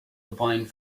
applying